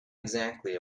exactly